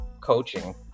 coaching